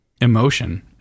emotion